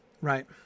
right